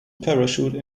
parachute